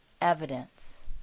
evidence